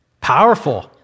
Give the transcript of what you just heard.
Powerful